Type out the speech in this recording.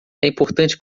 importante